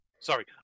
Sorry